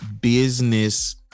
business